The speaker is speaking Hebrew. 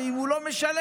ואם הוא לא משלם,